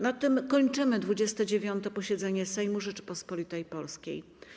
Na tym kończymy 29. posiedzenie Sejmu Rzeczypospolitej Polskiej.